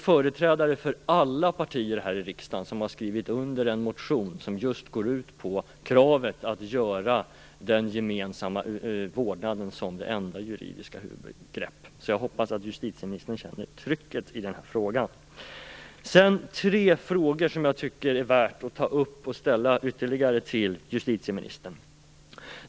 Företrädare för alla partier här i riksdagen har skrivit under en motion som just går ut på att gemensam vårdnad skall vara det enda juridiska vårdnadsbegreppet. Jag hoppas därför att justitieministern känner trycket i den här frågan. Jag har ytterligare ett par frågor som jag tycker är värda att ta upp med justitieministern.